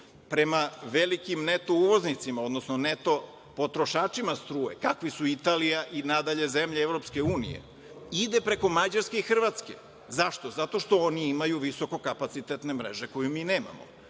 prema velikim neto uvoznicima odnosno neto potrošačima struje, kakvi su Italija i nadalje zemlje Evropske unije, ide preko Mađarske i Hrvatske. Zašto? Zato što oni imaju visokokapacitetne mreže koje mi nemamo. Dakle,